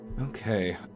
Okay